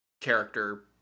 character